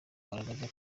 kugaragaza